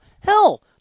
Hell